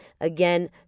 Again